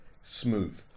smooth